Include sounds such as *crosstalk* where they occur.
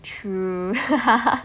true *laughs*